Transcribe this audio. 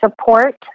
support